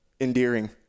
endearing